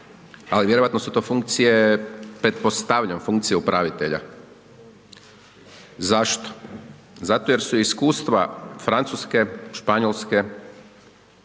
ali vjerojatno su to funkcije, pretpostavljam, funkcije upravitelja. Zašto? Zato jer su iskustva Francuske, Španjolske,